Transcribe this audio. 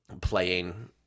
playing